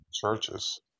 churches